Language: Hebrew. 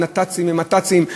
נת"צים ומת"צים.